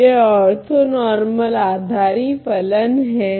तो यह ओर्थोनोर्मल आधारी फलन हैं